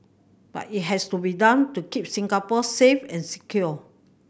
but it has to be done to keep Singapore safe and secure